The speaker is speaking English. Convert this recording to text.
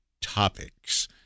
topics